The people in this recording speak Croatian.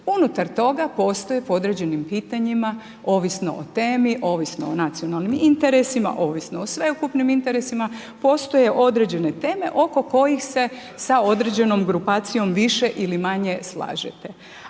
unutar toga postoje po određenim pitanjima ovisno o temi, ovisno o nacionalnim interesima, ovisno sveukupnim interesima, postoje određene teme oko kojih se sa određenom grupacijom više ili manje slažete.